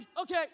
Okay